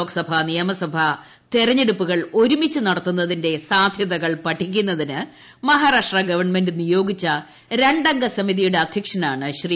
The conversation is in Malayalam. ലോക്സഭാ നിയമസഭാ തെരഞ്ഞെടുപ്പുകൾ ഒരുമിച്ച് നടത്തുന്നതിന്റെ സാധ്യതകൾ പഠിക്കുന്നതിന് മഹാരാഷ്ട്ര ഗവണ്മെന്റ് നിയോഗിച്ച രണ്ടംഗസമിതിയുടെ അധ്യക്ഷനാണ് ശ്രീ